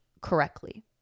correctly